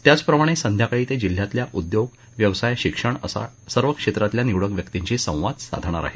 त्याचप्रमाणे संध्याकाळी ते जिल्ह्यातल्या उद्योग व्यवसाय शिक्षण अशा सर्व क्षेत्रातल्या निवडक व्यक्तिंशी संवाद साधणार आहेत